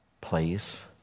place